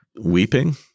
weeping